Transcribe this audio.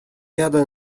jadę